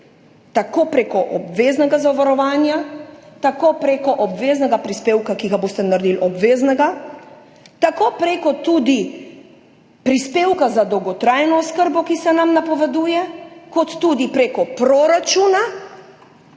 tako prek obveznega zavarovanja, tako prek obveznega prispevka, ki ga boste naredili obveznega, tako prek tudi prispevka za dolgotrajno oskrbo, ki se nam napoveduje, kot tudi prek proračuna,